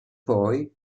poi